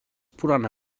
punane